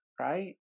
right